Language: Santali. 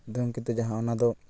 ᱫᱷᱩᱢᱠᱮᱛᱩ ᱡᱟᱦᱟᱸ ᱚᱱᱟᱫᱚ